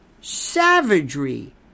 savagery